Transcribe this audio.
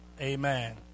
Amen